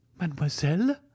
Mademoiselle